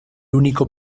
único